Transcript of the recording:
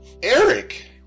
Eric